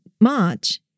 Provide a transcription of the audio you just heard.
March